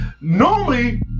normally